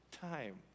time